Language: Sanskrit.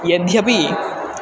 यद्यपि